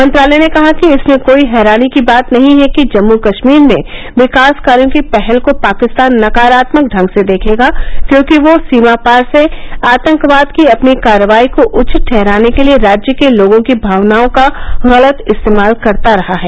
मंत्रालय ने कहा कि इसमें कोई हैरानी की बात नहीं है कि जम्मू कश्मीर में विकास कार्यों की पहल को पाकिस्तान नकारात्मक ढंग से देखेगा क्योंकि वह सीमापार से आतंकवाद की अपनी कार्रवाई को उचित ठहराने को लिए राज्य के लोगों की भावनाओं का गलत इस्तेमाल करता रहा है